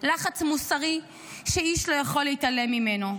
לחץ מוסרי שאיש לא יכול להתעלם ממנו,